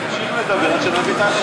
תמשיך לדבר עד שנביא את,